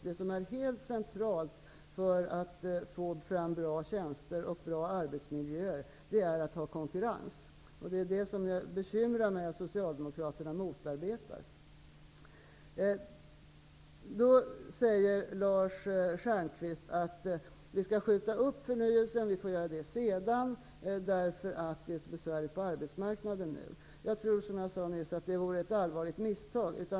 Det som är centralt för att få fram bra tjänster och arbetsmiljöer är att det finns konkurrens. Det bekymrar mig att Socialdemokraterna motarbetar detta. Lars Stjernkvist säger att förnyelsen skall skjutas upp -- den kan ske sedan -- därför att det nu är besvärligt på arbetsmarknaden. Jag tror, som jag nyss sade, att det vore ett allvarligt misstag.